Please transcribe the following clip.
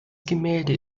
gemälde